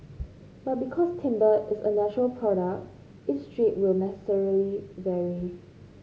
but because timber is a natural product each strip will necessarily vary